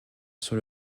sur